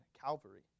Calvary